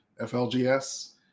flgs